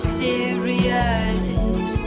serious